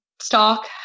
Stock